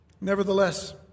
Nevertheless